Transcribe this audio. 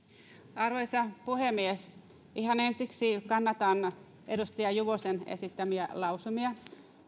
arvoisa puhemies ihan ensiksi kannatan edustaja juvosen esittämiä lausumia